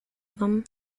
them